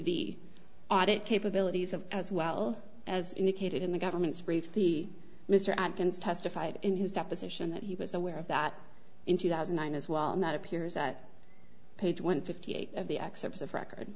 the audit capabilities of as well as indicated in the government's brief the mr atkins testified in his deposition that he was aware of that in two thousand and nine s well not appears at page one fifty eight of the excerpts of record